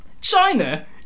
China